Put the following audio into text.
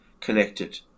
connected